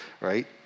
right